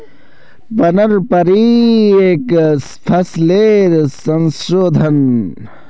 पारंपरिक फसलेर संशोधन